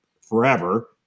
forever